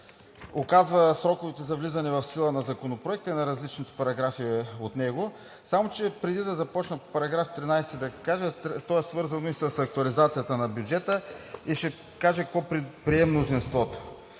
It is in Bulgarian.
оказва сроковете за влизане в сила на Законопроекта и на различните параграфи от него. Само че преди да започна по § 13 – то е свързано и с актуализацията на бюджета, ще кажа какво прие мнозинството.